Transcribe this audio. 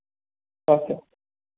okay